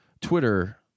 Twitter